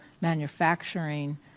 manufacturing